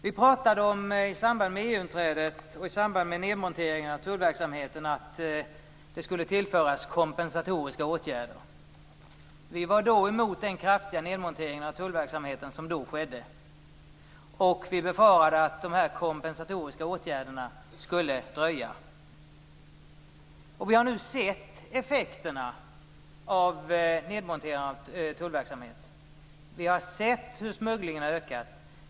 Vi pratade i samband med EU-inträdet och i samband med nedmonteringen av tullverksamheten om att kompensatoriska åtgärder skulle tillföras. Vi var emot den kraftiga nedmontering av tullverksamheten som då skedde, och vi befarade att de kompensatoriska åtgärderna skulle dröja. Vi har nu sett effekterna av nedmonteringen av tullverksamheten. Vi har sett hur smugglingen har ökat.